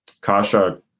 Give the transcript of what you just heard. Kasha